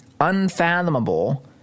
unfathomable